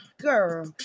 girl